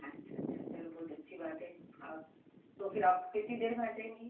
अच्छा अच्छा चलो बहुत अच्छी बात है आप तो फिर आप कितनी देर में आ जाएंगी